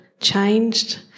changed